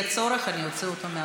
אם יהיה צורך, אני אוציא אותו מהאולם.